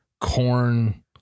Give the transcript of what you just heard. Corn